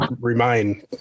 remain